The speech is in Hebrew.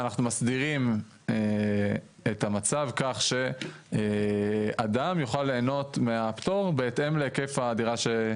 אנחנו מסדירים את המצב כך שאדם יוכל להנות מהפטור בהתאם להיקף הדירה,